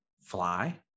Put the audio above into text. fly